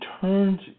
turns